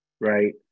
right